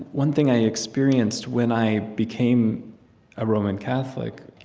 one thing i experienced when i became a roman catholic,